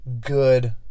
Good